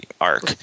arc